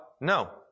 No